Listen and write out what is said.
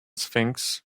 sphinx